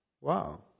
Wow